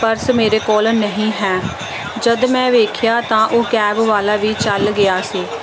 purse ਮੇਰੇ ਕੋਲ ਨਹੀਂ ਹੈ ਜਦ ਮੈਂ ਵੇਖਿਆ ਤਾਂ ਉਹ ਕੈਬ ਵਾਲਾ ਵੀ ਚੱਲ ਗਿਆ ਸੀ